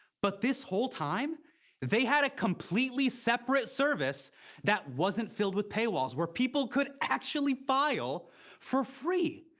but this whole time they had a completely separate service that wasn't filled with paywalls, where people could actually file for free.